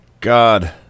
God